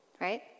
Right